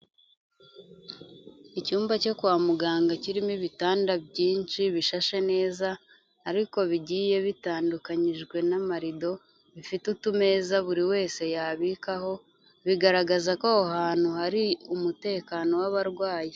Icyumba cyo kwa muganga kirimo ibitanda byinshi bishashe neza ariko bigiye bitandukanyijwe n'amarido, bifite utumeza buri wese yabikaho, bigaragaza ko aho hantu hari umutekano w'abarwayi.